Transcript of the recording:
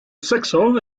sexo